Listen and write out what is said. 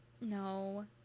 No